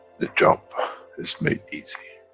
the job is made easy.